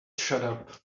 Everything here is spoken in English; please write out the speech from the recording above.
shut